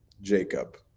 Jacob